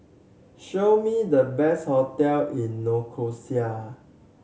show me the best hotel in Nicosia